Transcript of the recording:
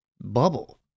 bubble